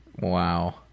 Wow